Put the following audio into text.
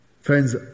Friends